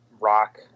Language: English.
rock